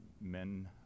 men